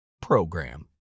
PROGRAM